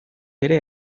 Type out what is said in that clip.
ere